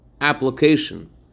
application